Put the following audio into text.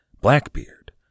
Blackbeard